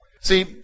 See